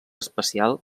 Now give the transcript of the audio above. espacial